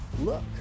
look